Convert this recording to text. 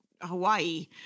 Hawaii